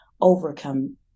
overcome